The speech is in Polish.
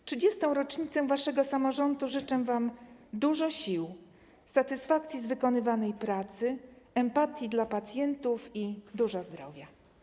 W 30. rocznicę waszego samorządu życzę wam dużo sił, satysfakcji z wykonywanej pracy, empatii wobec pacjentów i dużo zdrowia.